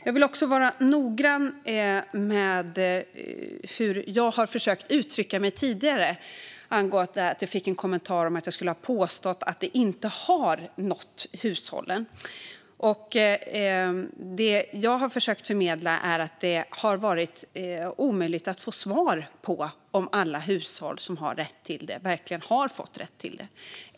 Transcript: Jag vill också vara tydlig med hur jag tidigare har försökt uttrycka mig, eftersom jag fick en kommentar om att jag skulle ha påstått att det inte har nått hushållen. Det som jag har försökt förmedla är att det har varit omöjligt att få svar på om alla hushåll som har rätt till det verkligen har fått det.